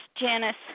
Janice